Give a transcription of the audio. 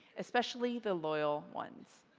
especially the loyal ones.